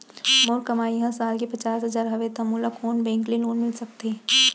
मोर कमाई ह साल के पचास हजार हवय त मोला कोन बैंक के लोन मिलिस सकथे?